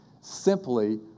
simply